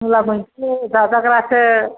मुला बुनसि जाजाग्रासो